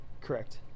Correct